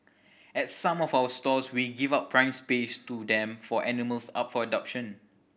at some of our stores we give out prime space to them for animals up for adoption